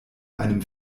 einem